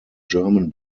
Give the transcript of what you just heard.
german